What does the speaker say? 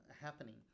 happening